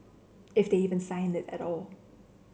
if they even sign it at all